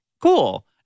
cool